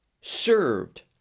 served